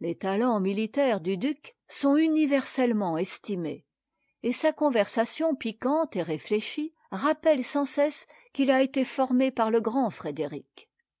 les talents militaires du due sont universellement estimés et sa conversation piquante et réfléchie rappelle sans cesse qu'il a été formé par le grand frédéric